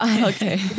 Okay